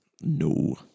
No